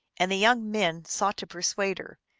and the young men sought to persuade her,